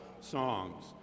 songs